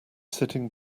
sitting